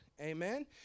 Amen